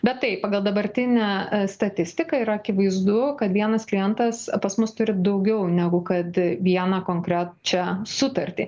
bet taip pagal dabartinę statistiką yra akivaizdu kad vienas klientas pas mus turi daugiau negu kad vieną konkrečią sutartį